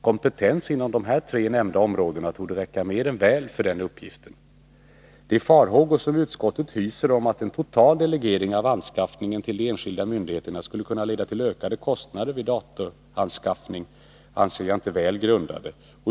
Kompetensen inom de här tre nämnda områdena torde räcka mer än väl för den uppgiften. De farhågor som utskottet hyser om att en delegering av anskaffningen till de enskilda myndigheterna skulle kunna leda till ökade kostnader vid datoranskaffning anser jag inte vara väl grundade.